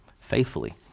faithfully